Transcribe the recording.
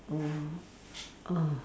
oh oh